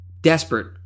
desperate